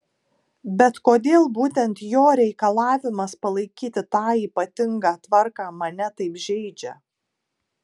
bet kodėl būtent jo reikalavimas palaikyti tą ypatingą tvarką mane taip žeidžia